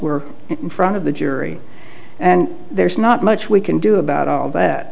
were in front of the jury and there's not much we can do about all that